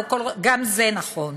גם זה נכון.